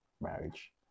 marriage